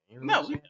No